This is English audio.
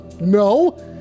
No